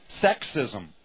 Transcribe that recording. sexism